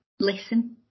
Listen